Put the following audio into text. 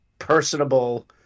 Personable